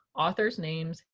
author's names,